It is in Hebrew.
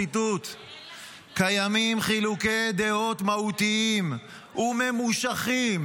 ציטוט: "קיימים חילוקי דעות מהותיים וממושכים